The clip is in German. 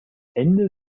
ende